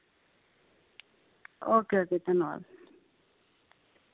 okay okay canal